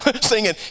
Singing